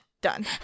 done